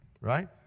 right